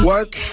Work